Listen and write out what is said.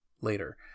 later